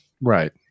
right